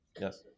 Yes